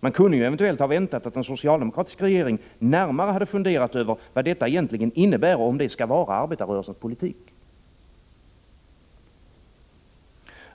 Man kunde eventuellt ha väntat att en socialdemokratisk regering närmare hade funderat över vad detta egentligen innebär och om det skall vara arbetarrörelsens politik.